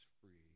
free